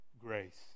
grace